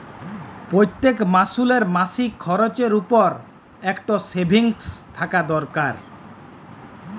প্যইত্তেক মালুসের মাসিক খরচের পর ইকট সেভিংস থ্যাকা দরকার